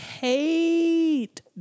hate